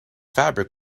fabric